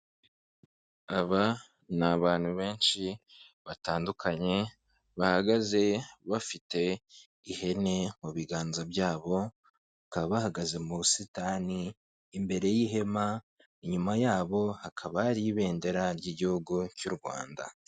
Aba ni abantu benshi batandukanye bahagaze bafite ihene mu biganza byabo, bakaba bahagaze mu busitani imbere y'ihema, inyuma yabo hakaba hari ibendera ry'igihugu cy'u Rwanda.